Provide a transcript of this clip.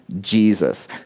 Jesus